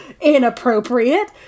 inappropriate